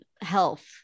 health